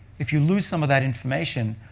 if you lose some of that information,